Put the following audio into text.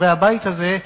חברי הבית הזה,